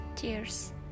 Cheers